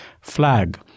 flag